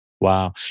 Wow